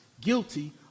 guilty